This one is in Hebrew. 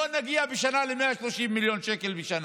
לא נגיע ל-130 מיליון שקל בשנה.